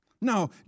No